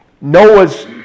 Noah's